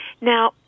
Now